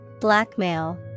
Blackmail